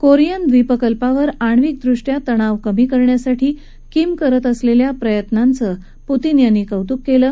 Korean द्वीपकल्पावर आण्विक दृष्टया तणाव कमी करण्यासाठी किम करत असलख्खा प्रयत्नांचं पुतीन यांनी कौतुक क्लि